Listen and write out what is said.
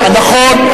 נכון,